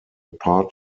part